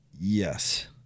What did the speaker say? Yes